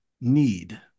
need